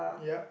yup